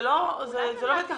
זה לא עובד ככה.